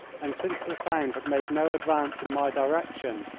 and since the sound had made no advance in my direction,